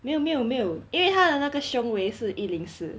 没有没有没有因为它的那个胸围是一零四